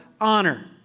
honor